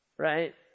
Right